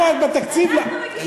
אנחנו מציעים חוקים,